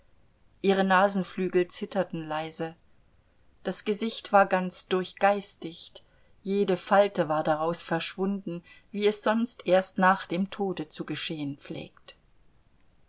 ihre nasenflügel zitterten leise das gesicht war ganz durchgeistigt jede falte war daraus verschwunden wie es sonst erst nach dem tode zu geschehen pflegt